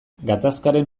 gatazkaren